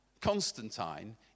Constantine